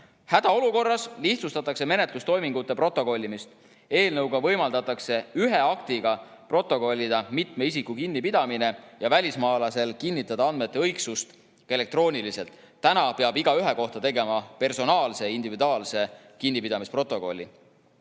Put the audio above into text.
Hädaolukorras lihtsustatakse menetlustoimingute protokollimist. Eelnõu kohaselt võimaldatakse ühe aktiga protokollida mitme isiku kinnipidamine ja välismaalasel kinnitada andmete õigsust ka elektrooniliselt. Praegu peab igaühe kohta tegema personaalse, individuaalse kinnipidamisprotokolli.